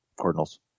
Cardinals